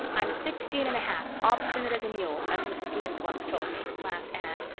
i'm sixteen and a half, obstinate as a mule as mrs. lynde once told me, laughed anne.